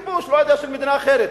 כיבוש, לא יודע, של מדינה אחרת,